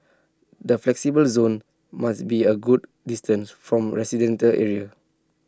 the flexible zones must be A good distance from residential areas